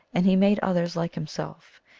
and he made others like himself.